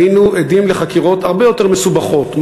היינו עדים לחקירות הרבה יותר מסובכות.